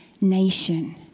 nation